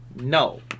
No